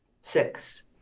Six